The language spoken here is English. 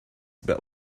but